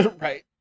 Right